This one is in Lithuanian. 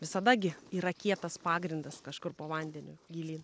visada gi yra kietas pagrindas kažkur po vandeniu gilyn